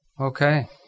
Okay